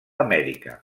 amèrica